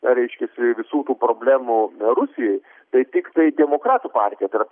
reiškiasi visų tų problemų rusijoj tai tiktai demokratų partija tai yra